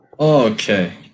Okay